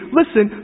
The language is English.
listen